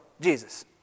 Jesus